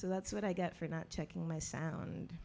so that's what i get for not checking my sound